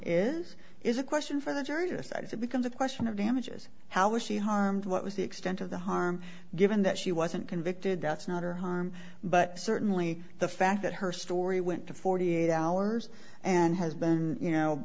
is is a question for the jury to decide if it becomes a question of damages how was she harmed what was the extent of the harm given that she wasn't convicted that's not her harm but certainly the fact that her story went to forty eight hours and has been you know